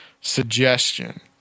suggestion